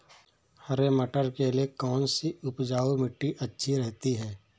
हरे मटर के लिए कौन सी उपजाऊ मिट्टी अच्छी रहती है?